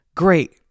Great